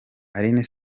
alyn